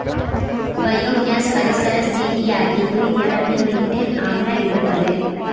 biogas ಪರಿಸರಸ್ನೇಹಿಯಾಗಿದ್ದು ಇದರಲ್ಲಿ methane ಆಮ್ಲ ಇರುತ್ತದೆ